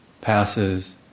passes